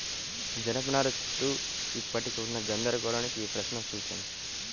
జనపనార చుట్టూ ఇప్పటికీ ఉన్న గందరగోళానికి ఈ ప్రశ్న సూచన